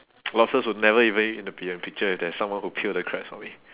lobsters will never even the be a picture if there's someone who peel the crabs for me